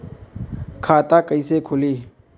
खाता कईसे खुली?